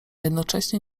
jednocześnie